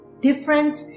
different